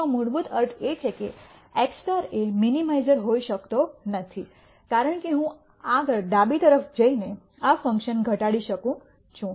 તેનો મૂળભૂત અર્થ એ છે કે x એ મિનિમાઇઝર હોઈ શકતો નથી કારણ કે હું આગળ ડાબી તરફ જઈને આ ફંક્શન ઘટાડી શકું છું